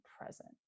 present